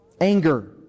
Anger